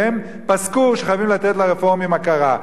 והם פסקו שחייבים לתת לרפורמים הכרה.